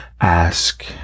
ask